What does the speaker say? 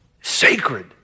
Sacred